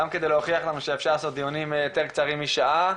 גם כדי להוכיח לנו שאפשר לעשות דיונים יותר קצרים משעה.